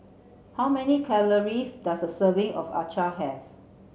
how many calories does a serving of Acar have